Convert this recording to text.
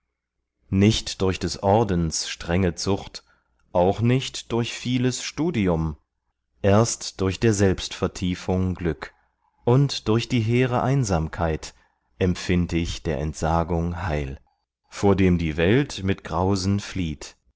nicht durch des ordens strenge zucht auch nicht durch vieles studium erst durch der selbstvertiefung glück und durch die hehre einsamkeit empfind ich der entsagung heil vor dem die welt mit grausen flieht